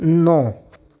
नौ